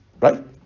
right